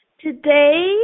Today